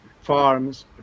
farms